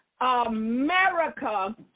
America